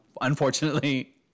unfortunately